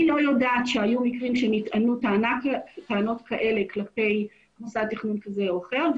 אני לא יודעת שהיו מקרים שנטענו טענות כאלה כלפי מוסד תכנון כזה או אחר,